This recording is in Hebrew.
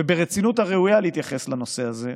וברצינות הראויה להתייחס לנושא הזה,